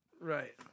right